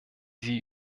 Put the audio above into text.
sie